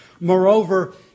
Moreover